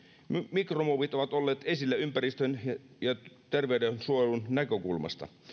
mikromuovit ovat olleet esillä ympäristön ja terveydensuojelun näkökulmasta